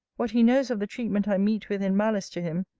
what he knows of the treatment i meet with in malice to him,